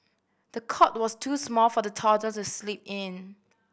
the cot was too small for the toddler to sleep in